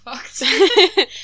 fucked